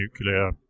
nuclear